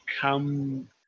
come